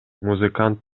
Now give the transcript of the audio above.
музыкант